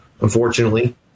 Unfortunately